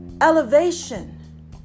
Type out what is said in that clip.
Elevation